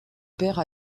père